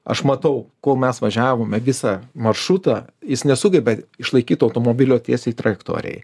aš matau kol mes važiavome visą maršrutą jis nesugeba išlaikyt automobilio tiesiai trajektorijoj